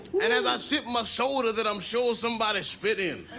and as i sip my soda that i'm sure somebody spit in